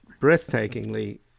breathtakingly